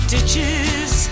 Stitches